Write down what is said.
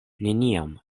neniam